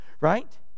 right